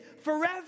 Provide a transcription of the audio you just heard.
forever